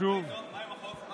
אני